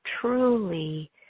truly